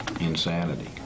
insanity